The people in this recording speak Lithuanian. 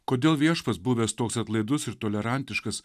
kodėl viešpats buvęs toks atlaidus ir tolerantiškas